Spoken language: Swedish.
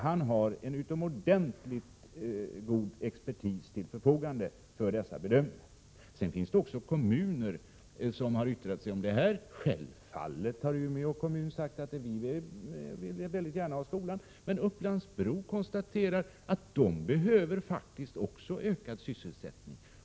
Han har en utomordentligt god expertis till sitt förfogande för dessa bedömningar. Även flera kommuner har yttrat sig i ärendet. Självfallet har man i Umeå kommun sagt att man gärna vill ha skolan. Men i Upplands Bro konstaterar man att man faktiskt även där behöver fler arbetstillfällen.